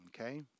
Okay